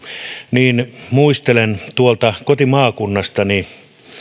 niin muistelen tuolta kotimaakunnastani